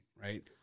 right